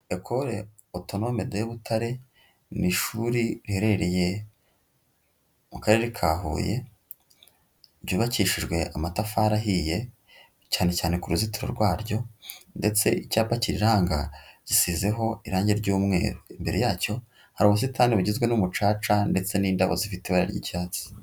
Ecole Autonome de Butare ni ishuri riherereye mu Karere ka Huye, ryubakishijwe amatafari ahiye cyane cyane ku ruzitiro rwaryo ndetse icyapa kiriranga gisizeho irangi ry'umweru. Imbere yacyo hari ubusitani bugizwe n'umucaca ndetse n'indabo zifite ibara ry'icyatsi.